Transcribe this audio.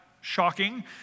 shocking